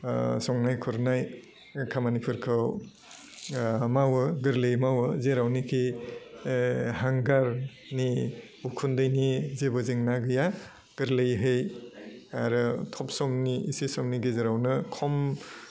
ओह संनाय खुरनाय बे खामानिफोरखौ ओह मावो गोरलैयै मावो जेरावनिखि ओह हांगारनि उखुन्दैनि जेबो जेंना गैया गोरलैहै आरो थब समनि इसे समनि गेजेरावनो खम